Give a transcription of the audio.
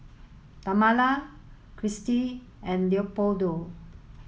Tamala Kirstie and Leopoldo